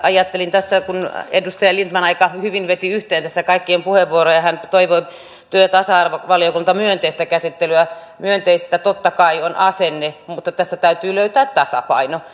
ajattelin tässä kun edustaja lindtman aika hyvin veti yhteen kaikkien puheenvuoroja hän toivoi työ ja tasa arvovaliokunnan myönteistä käsittelyä että myönteistä totta kai on asenne mutta tässä täytyy löytää tasapaino